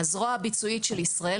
הזרוע הביצועית של ישראל,